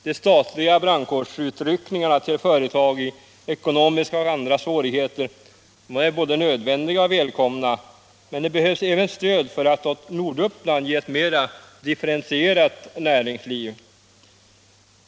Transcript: De statliga brandkårsutryckningarna till företag i ekonomiska och andra svårigheter är både nödvändiga och välkomna, men det behövs även stöd för att åt Norduppland ge ett mera differentierat näringsliv.